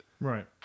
Right